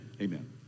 amen